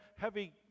heavy